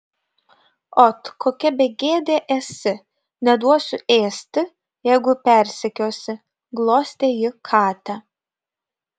ot kokia begėdė esi neduosiu ėsti jeigu persekiosi glostė ji katę